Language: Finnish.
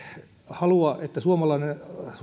halua että